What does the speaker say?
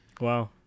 wow